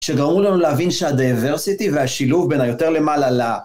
שגרמו לנו להבין שה diversity והשילוב בין היותר למעלה ל...